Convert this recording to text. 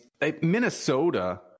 Minnesota